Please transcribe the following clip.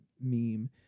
meme